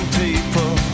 people